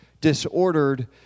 Disordered